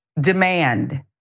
demand